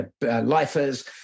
lifers